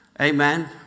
Amen